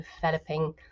developing